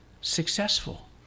successful